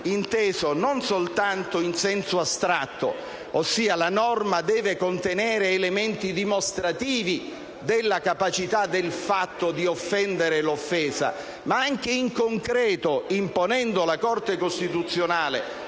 inteso non soltanto in senso astratto - ovvero la norma deve contenere elementi dimostrativi della capacità del fatto di offendere - ma anche in concreto, imponendo la Corte costituzionale